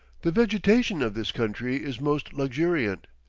the vegetation of this country is most luxuriant,